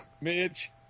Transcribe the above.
Mitch